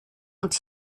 und